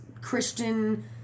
Christian